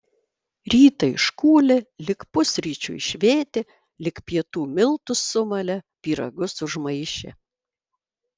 rytą iškūlė lig pusryčių išvėtė lig pietų miltus sumalė pyragus užmaišė